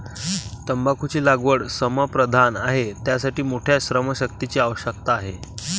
तंबाखूची लागवड श्रमप्रधान आहे, त्यासाठी मोठ्या श्रमशक्तीची आवश्यकता आहे